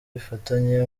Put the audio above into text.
bifitanye